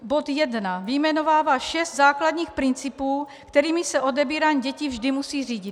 Bod 1 vyjmenovává šest základních principů, kterými se odebírání dětí vždy musí řídit.